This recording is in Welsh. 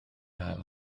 ail